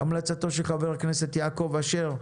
המלצתו של חבר הכנסת יעקב אשר.